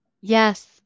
Yes